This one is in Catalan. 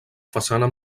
façana